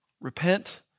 Repent